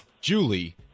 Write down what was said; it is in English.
julie